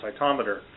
cytometer